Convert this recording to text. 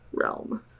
realm